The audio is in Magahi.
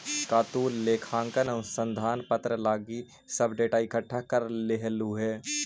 का तु लेखांकन अनुसंधान पत्र लागी सब डेटा इकठ्ठा कर लेलहुं हे?